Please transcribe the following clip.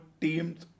teams